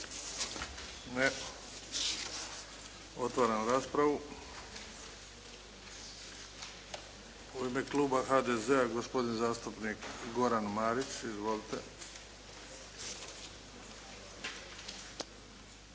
Ne. Otvaram raspravu. U ime kluba HDZ-a, gospodin zastupnik Goran Marić. Izvolite.